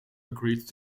agreed